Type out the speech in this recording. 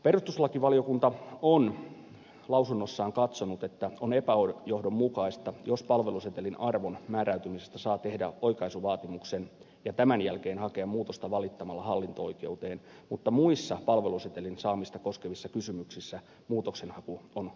perustuslakivaliokunta on lausunnossaan katsonut että on epäjohdonmukaista jos palvelusetelin arvon määräytymisestä saa tehdä oikaisuvaatimuksen ja tämän jälkeen hakea muutosta valittamalla hallinto oikeuteen mutta muissa palvelusetelin saamista koskevissa kysymyksissä muutoksenhaku on kokonaan kielletty